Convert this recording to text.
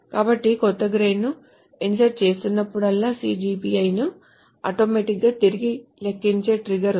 కాబట్టి కొత్త గ్రేడ్ ను ఇన్సర్ట్ చేసినప్పుడల్లా CGPI ని ఆటోమేటిక్ గా తిరిగి లెక్కించే ట్రిగ్గర్ ఉంది